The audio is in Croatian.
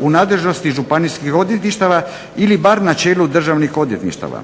u nadležnosti županijskih odvjetništava ili bar na čelu državnih odvjetništava.